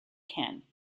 can